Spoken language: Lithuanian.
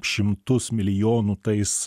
šimtus milijonų tais